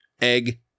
egg